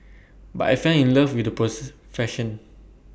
but I fell in love with the